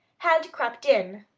had crept in.